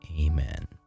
Amen